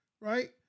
right